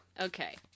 Okay